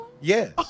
Yes